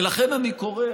ולכן אני קורא,